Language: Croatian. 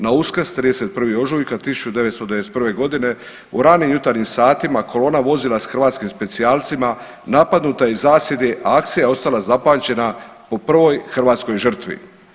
Na Uskrs 31. ožujka 1991. godine u ranim jutarnjim satima kolona vozila sa hrvatskim specijalcima napadnuta je iz zasjede, akcija je ostala zapamćena po prvoj hrvatskoj žrtvi.